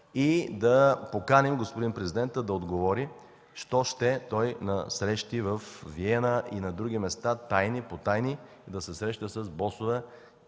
и да поканим господин президента да отговори що ще той на срещи във Виена и на други места – тайни, потайни, да се среща с босове,